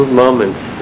moments